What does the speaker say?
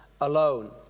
alone